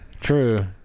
True